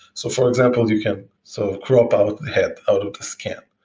so for example, you can so crop out the head out of the scan,